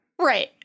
Right